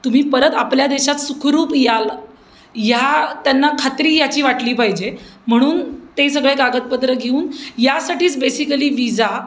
तुम्ही परत आपल्या देशात सुखरूप याल या त्यांना खात्री याची वाटली पाहिजे म्हणून ते सगळे कागदपत्रं घेऊन यासाठीच बेसिकली विजा